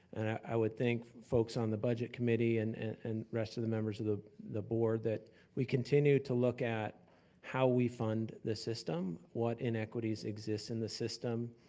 and i would think folks on the budget committee and the and rest of the members of the the board, that we continue to look at how we fund the system, what inequities exist in the system,